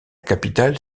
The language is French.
capitale